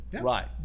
Right